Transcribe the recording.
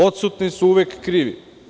Odsutni su uvek krivi.